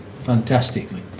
fantastically